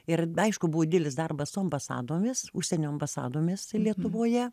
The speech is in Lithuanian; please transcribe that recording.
ir aišku buvo dielis darbas su ambasadomis užsienio ambasadomis lietuvoje